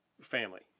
family